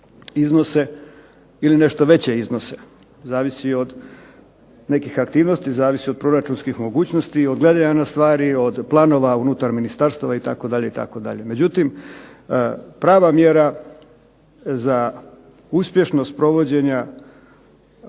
iznose ili nešto veće iznose zavisi i od nekih aktivnosti, zavisi od proračunskih mogućnosti, od gledanja stvari, od planova unutar ministarstava itd. itd. Međutim, prava mjera za uspješnost provođenja